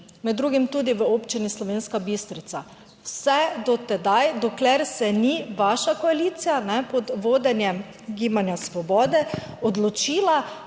med drugim tudi v občini Slovenska Bistrica, vse do tedaj, dokler se ni vaša koalicija pod vodenjem Gibanja Svobode odločila,